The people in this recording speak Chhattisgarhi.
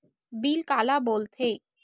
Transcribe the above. बिल काला बोल थे?